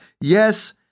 Yes